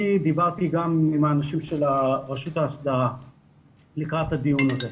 אני דיברתי גם עם האנשים של רשות ההסדרה לקראת הדיון הזה.